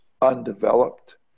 undeveloped